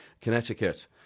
Connecticut